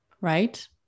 right